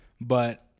but-